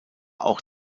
auch